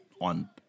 on